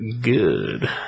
good